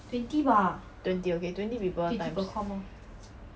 twenty okay twenty people times